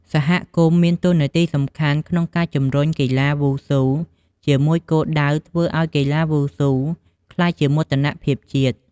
សហគមន៍មានតួនាទីសំខាន់ក្នុងការជំរុញកីឡាវ៉ូស៊ូ ជាមួយគោលដៅធ្វើឲ្យកីឡាវ៉ូស៊ូក្លាយជាមោទនភាពជាតិ។